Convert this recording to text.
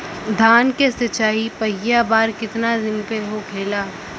धान के सिचाई पहिला बार कितना दिन पे होखेला?